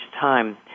time